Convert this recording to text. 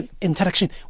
interaction